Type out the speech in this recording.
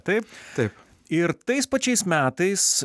taip taip ir tais pačiais metais